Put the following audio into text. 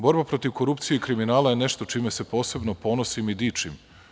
Borba protiv korupcije i kriminala je nešto čime se posebno ponosim i dičim.